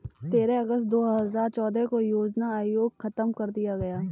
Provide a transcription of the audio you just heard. तेरह अगस्त दो हजार चौदह को योजना आयोग खत्म कर दिया गया